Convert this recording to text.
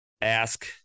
ask